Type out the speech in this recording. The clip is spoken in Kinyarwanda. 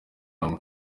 hamwe